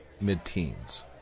mid-teens